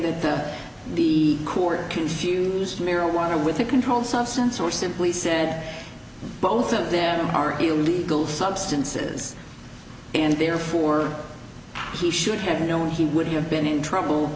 saying that the court confused marijuana with a controlled substance or simply said both of them are illegal substances and therefore he should have known he would have been in trouble